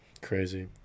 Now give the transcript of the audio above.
Crazy